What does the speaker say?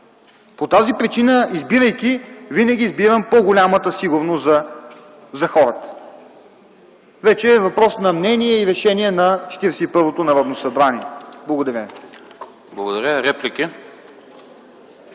По тази причина избирайки, винаги избирам по-голямата сигурност за хората. Вече е въпрос на мнение и решение на Четиридесет и първото Народно събрание. Благодаря